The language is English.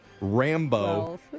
Rambo